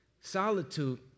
Solitude